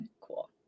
cool